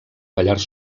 pallars